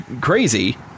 crazy